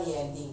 ya